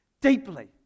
deeply